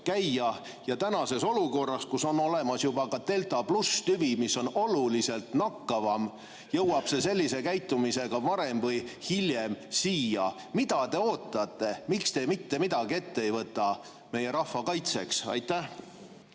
käia. Tänases olukorras, kus on olemas juba ka tüvi delta+, mis on oluliselt nakkavam, jõuab see sellise käitumisega varem või hiljem siia. Mida te ootate? Miks te mitte midagi ette ei võta meie rahva kaitseks? Aitäh!